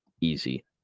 easy